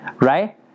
right